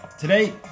Today